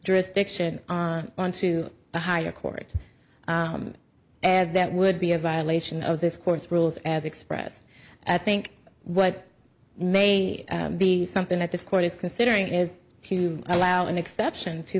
jurisdiction on to a higher court and that would be a violation of this court's rules as expressed at think what may be something that this court is considering is to allow an exception to